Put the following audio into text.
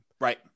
Right